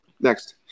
Next